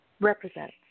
represents